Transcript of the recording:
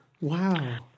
Wow